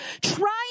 trying